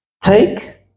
take